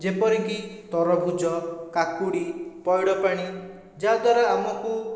ଯେପରିକି ତରଭୁଜ କାକୁଡ଼ି ପଇଡ଼ ପାଣି ଯାହାଦ୍ୱାରା ଆମକୁ